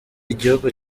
igihugu